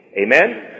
Amen